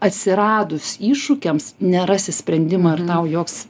atsiradus iššūkiams nerasi sprendimą ir tau joks